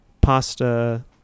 pasta